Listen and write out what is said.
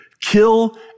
Kill